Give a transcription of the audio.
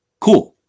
cool